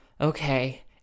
okay